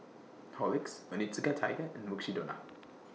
Horlicks Onitsuka Tiger and Mukshidonna